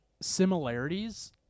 similarities